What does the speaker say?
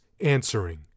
answering